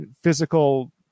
physical